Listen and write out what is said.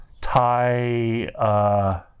Thai